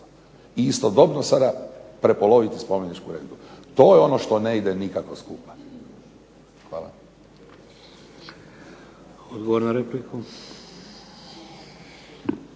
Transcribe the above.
I istodobno sada prepoloviti spomeničku rentu. To je ono što ne ide nikako skupa. Hvala. **Šeks,